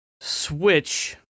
switch